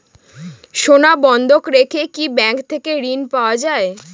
সোনা বন্ধক রেখে কি ব্যাংক থেকে ঋণ পাওয়া য়ায়?